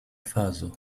faso